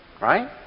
Right